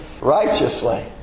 righteously